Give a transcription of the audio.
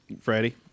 Freddie